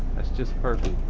that's just perfect.